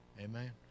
Amen